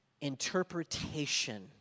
interpretation